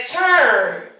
turn